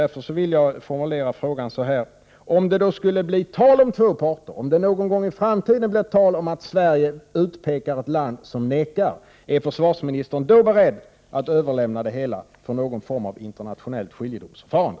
Därför vill jag formulera frågan så här: Om det någon gång i framtiden finns två parter, om Sverige utpekar ett land som nekar, är försvarsministern då beredd att överlämna frågan till någon form av internationellt skiljedomsförfarande?